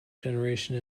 generation